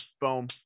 boom